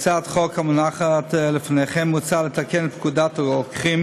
בהצעת החוק המונחת לפניכם מוצע לתקן את פקודת הרוקחים